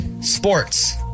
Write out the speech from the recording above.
Sports